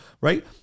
right